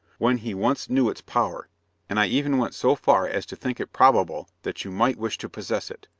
when he once knew its power and i even went so far as to think it probable that you might wish to possess it.